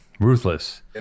ruthless